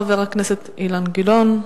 חבר הכנסת אילן גילאון,